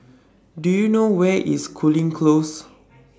Do YOU know Where IS Cooling Close